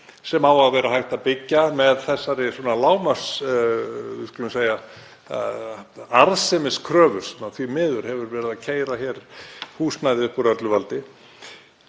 sem á að vera hægt að byggja með þessari lágmarksarðsemiskröfu, sem því miður hefur verið að keyra hér húsnæði upp úr öllu valdi.